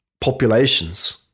populations